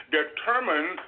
determine